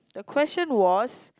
the question was